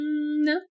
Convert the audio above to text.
no